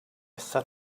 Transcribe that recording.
sat